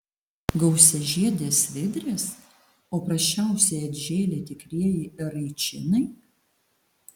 gausiažiedės svidrės o prasčiausiai atžėlė tikrieji eraičinai